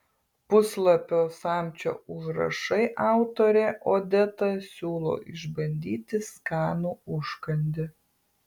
puslapio samčio užrašai autorė odeta siūlo išbandyti skanų užkandį